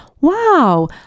wow